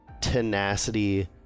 tenacity